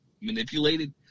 manipulated